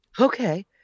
Okay